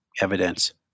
evidence